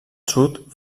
sud